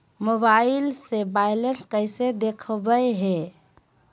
Mobile से बायलेंस कैसे देखाबो है?